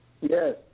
Yes